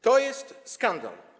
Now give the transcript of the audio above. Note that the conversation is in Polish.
To jest skandal.